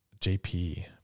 JP